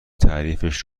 تعریفش